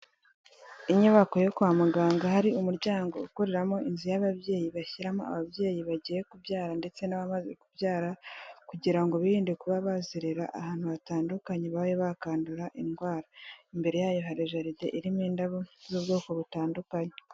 Inyubako yo kwa muganga, hari umuryango ukoreramo inzu y'ababyeyi bashyiramo ababyeyi bagiye kubyara ndetse n'abamaze kubyara, kugira ngo birinde kuba bazerera ahantu hatandukanye babe bakandura indwara. Imbere yayo hari jaride irimo indabo z'ubwoko butandukanye.